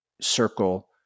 circle